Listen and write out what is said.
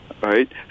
right